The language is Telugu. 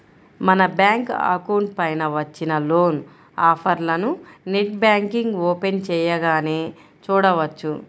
మన బ్యాంకు అకౌంట్ పైన వచ్చిన లోన్ ఆఫర్లను నెట్ బ్యాంకింగ్ ఓపెన్ చేయగానే చూడవచ్చు